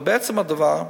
אבל בעצם הדבר,